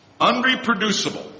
Unreproducible